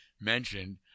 mentioned